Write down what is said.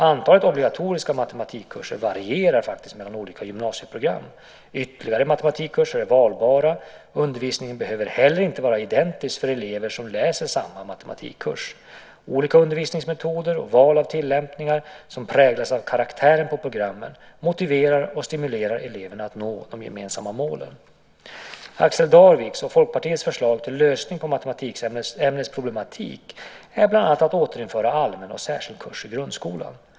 Antalet obligatoriska matematikkurser varierar faktiskt mellan olika gymnasieprogram. Ytterligare matematikkurser är valbara. Undervisningen behöver heller inte vara identisk för elever som läser samma matematikkurs. Olika undervisningsmetoder och val av tillämpningar, som präglas av karaktären på programmen, motiverar och stimulerar eleverna att nå de gemensamma målen. Axel Darviks och Folkpartiets förslag till lösning på matematikämnets problematik är bland annat att återinföra allmän och särskild kurs i grundskolan.